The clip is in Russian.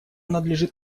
надлежит